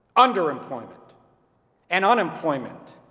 under-employment and unemployment,